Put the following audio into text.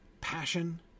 passion